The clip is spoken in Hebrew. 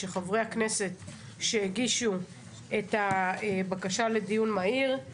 שחברי הכנסת שהגישו את הבקשה לדיון מהיר הם